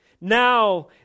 now